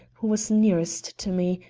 who was nearest to me,